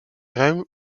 ruim